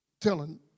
telling